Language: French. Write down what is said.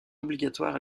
obligatoires